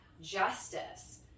justice